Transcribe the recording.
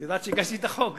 את יודעת שהגשתי את החוק,